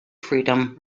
freedom